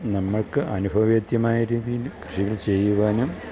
നമ്മൾക്ക് അനുഭവവേദ്യമായ രീതിയിൽ കൃഷികൾ ചെയ്യുവാനും